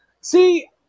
See